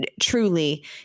truly